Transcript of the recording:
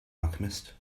alchemist